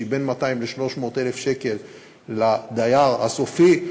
שהיא בין 200,000 ל-300,000 שקלים לדייר הסופי,